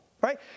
right